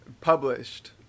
Published